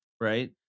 Right